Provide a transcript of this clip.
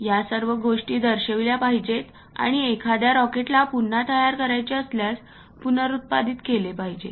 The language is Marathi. या सर्व गोष्टी दर्शविल्या पाहिजे आणि एखाद्याला रॉकेट पुन्हा तयार करायचे असल्यास पुनरुत्पादित केले पाहिजे